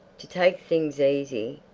to take things easy,